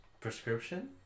prescription